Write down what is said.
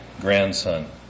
grandson